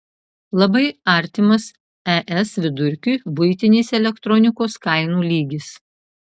labai artimas es vidurkiui buitinės elektronikos kainų lygis